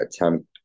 attempt